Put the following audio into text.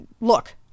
look